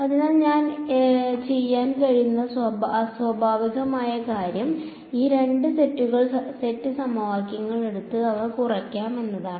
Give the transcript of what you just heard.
അതിനാൽ എനിക്ക് ചെയ്യാൻ കഴിയുന്ന സ്വാഭാവികമായ കാര്യം ഈ രണ്ട് സെറ്റ് സമവാക്യങ്ങൾ എടുത്ത് അവ കുറയ്ക്കാം എന്നതാണ്